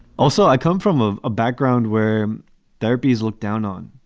also, i come from a ah background where therapy is looked down on.